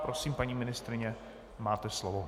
Prosím, paní ministryně, máte slovo.